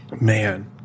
Man